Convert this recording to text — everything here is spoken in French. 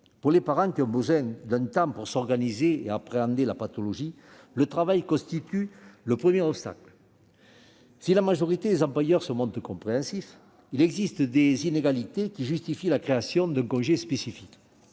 Pour les parents, qui ont besoin d'un temps pour s'organiser et appréhender la pathologie, le travail constitue le premier obstacle : si la majorité des employeurs se montrent compréhensifs, il existe des inégalités qui justifient la création d'un congé spécifique.